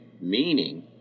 meaning